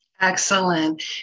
Excellent